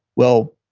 well,